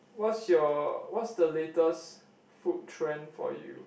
what's your what's the latest food trend for you